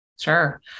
Sure